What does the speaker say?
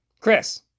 Chris